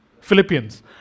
Philippians